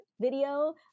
video